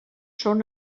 són